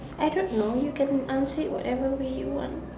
I don't know you can I'll say whatever we want